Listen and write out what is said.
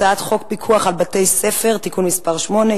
הצעת חוק פיקוח על בתי-ספר (תיקון מס' 8)